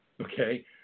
okay